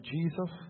Jesus